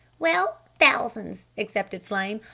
well, thousands, accepted flame.